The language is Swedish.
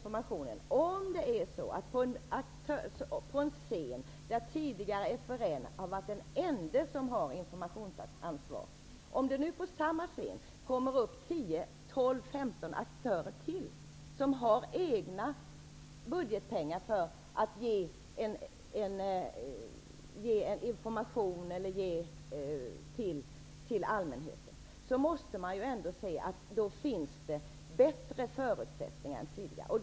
Om det på en scen där FRN tidigare har varit den ende aktör som har haft informationsanvar nu kommer upp 10--15 andra aktörer som har egna budgetpengar för att ge information till allmänheten måste man anse att förutsättningarna är bättre än tidigare.